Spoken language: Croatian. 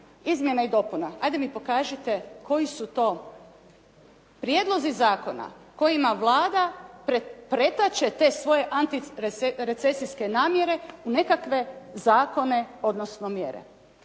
izmjena i dopuna. Hajde mi pokažite koji su to prijedlozi zakona kojima Vlada pretače te svoje antirecesijske namjere u nekakve zakone, odnosno mjere.